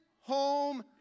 home